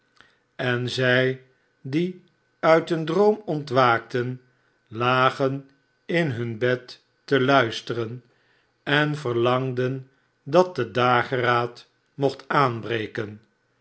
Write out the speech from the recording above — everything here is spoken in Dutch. n zij die uit een droom ontwaakten lagen in hun bed te luisteren en verlangden dat de dageraad mocht aanbreken